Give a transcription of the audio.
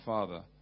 Father